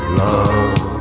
love